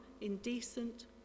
indecent